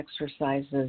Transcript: exercises